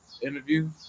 interview